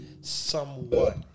somewhat